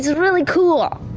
really cool.